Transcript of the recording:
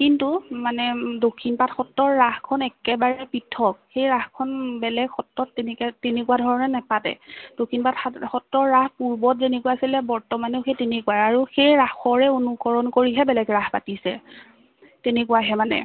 কিন্তু মানে দক্ষিণপাট সত্ৰৰ ৰাসখন একেবাৰে পৃথক সেই ৰাসখন বেলেগ সত্ৰত তেনেকৈ তেনেকুৱা ধৰণে নাপাতে দক্ষিণপাট সত্ৰত পূৰ্বত যেনেকুৱা আছিলে বৰ্তমানেও সেই তেনেকুৱাই অৰু সেই ৰাসৰে অনুকৰণ কৰিহে বেলেগ ৰাস পাতিছে তেনেকুৱাহে মানে